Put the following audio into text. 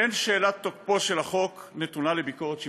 אין שאלת תוקפו של החוק נתונה לביקורת שיפוטית",